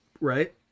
right